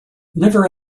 never